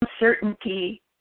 uncertainty